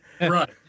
Right